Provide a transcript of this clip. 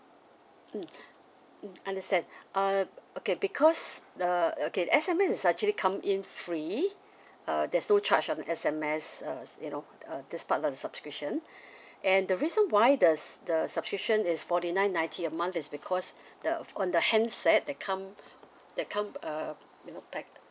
mm mm understand uh okay because the okay S_M_S is actually come in free uh there's no charge on S_M_S uh you know uh this parts of the subscription and the reason why does the subscription is forty nine ninety a month is because the on the handset that come that come uh you know pa~